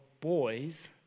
boys